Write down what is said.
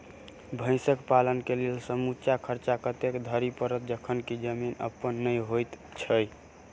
भैंसक पालन केँ लेल समूचा खर्चा कतेक धरि पड़त? जखन की जमीन अप्पन नै होइत छी